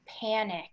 panic